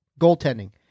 goaltending